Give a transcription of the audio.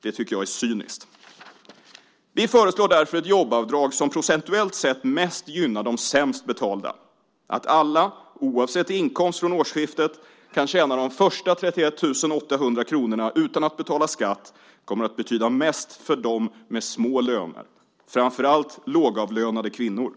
Det tycker jag är cyniskt. Vi föreslår därför ett jobbavdrag som procentuellt sett mest gynnar de sämst betalda. Att alla, oavsett inkomst, från årsskiftet kan tjäna de första 31 800 kronorna utan att betala skatt kommer att betyda mest för dem med små löner, framför allt lågavlönade kvinnor.